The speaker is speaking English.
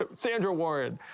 ah sandra warren?